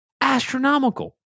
astronomical